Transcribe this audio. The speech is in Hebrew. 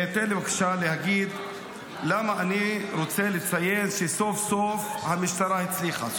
תן לי בבקשה להגיד למה אני רוצה לציין שסוף-סוף המשטרה הצליחה,